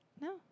No